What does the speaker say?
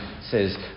says